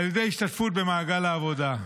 על ידי השתתפות במעגל העבודה.